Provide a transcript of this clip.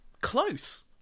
close